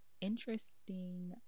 interesting